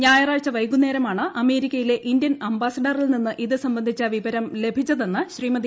ഞായറാഴ്ച വൈകുന്നേരമാണ് അമേരിക്കയിലെ ഇന്ത്യൻ അംബാസിഡറിൽ നിന്ന് ഇത് സംബന്ധിച്ച വിവരം ലഭിച്ചതെന്ന് ശ്രീമതി